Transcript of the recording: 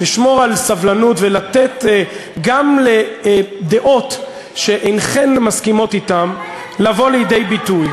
לשמור על סבלנות ולתת גם לדעות שאינכן מסכימות אתן לבוא לידי ביטוי.